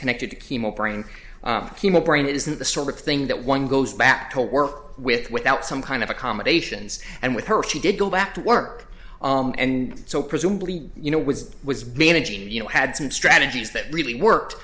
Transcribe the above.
connected to chemo brain chemo brain it isn't the sort of thing that one goes back to work with without some kind of accommodations and with her she did go back to work and so presumably you know was was managing you know had some strategies that really worked